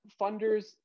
funders